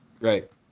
Right